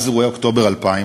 מאז אירועי אוקטובר 2000,